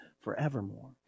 forevermore